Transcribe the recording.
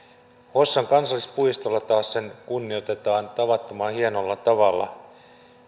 hossan kansallispuistolla taas kunnioitetaan tavattoman hienolla tavalla